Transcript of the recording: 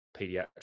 pediatrics